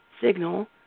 signal